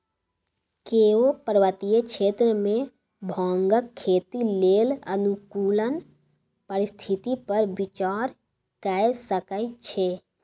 केओ पर्वतीय क्षेत्र मे भांगक खेती लेल अनुकूल परिस्थिति पर विचार कए सकै छै